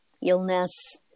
illness